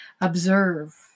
Observe